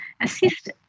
assist